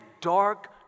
dark